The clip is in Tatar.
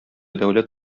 дәүләт